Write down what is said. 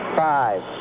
five